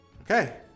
Okay